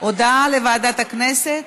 הודעה לוועדת הכנסת.